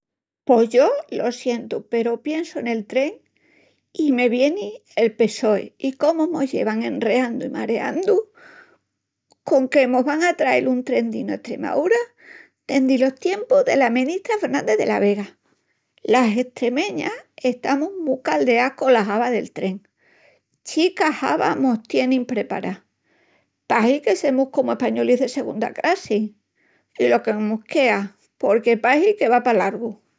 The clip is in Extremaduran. Pos yo lo sientu peru piensu nel tren i me vieni el PSOE i comu mos llevan enreandu i mareandu con que mos van a trael un tren dinu a Estremaúra dendi los tiempus dela menistra Fernández de la Vega. Las estremeñas estamus mu caldeás cola hava del tren. Chica hava mos tienin prepará, pahi que semus comu españolis de segunda crassi. I lo que mos quea porque pahi que va pa largu.